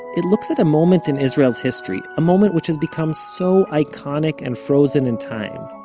it looks at a moment in israel's history, a moment which has become so iconic and frozen in time,